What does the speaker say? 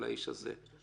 על האיש הזה.